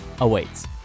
awaits